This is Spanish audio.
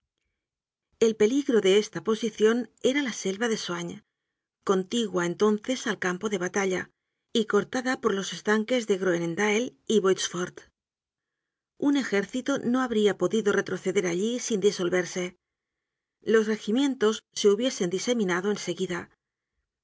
el peligro de esta posicion era la selva de soignes contigua entonces al campo de batalla y cortada por los estanques de groenendael y de boitsfort un ejército no habría podido retroceder allí sin disolverse los regimientos se hubiesen diseminado en seguida